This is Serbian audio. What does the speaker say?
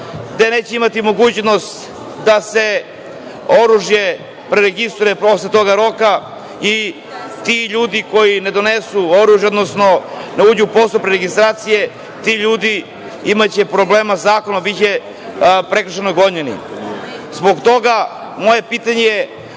gde neće imati mogućnost da se oružje preregistruje posle tog roka i ti ljudi koji ne donesu oružje, odnosno ne uđu u postupak preregistracije, ti ljudi imaće problema sa zakonom, biće prekršajno gonjeni. Zbog toga, moje pitanje je